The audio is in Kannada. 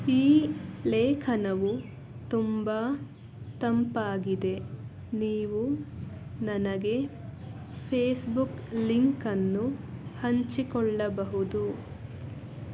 ಈ ಲೇಖನವು ತುಂಬ ತಂಪಾಗಿದೆ ನೀವು ನನಗೆ ಫೇಸ್ಬುಕ್ ಲಿಂಕನ್ನು ಹಂಚಿಕೊಳ್ಳಬಹುದು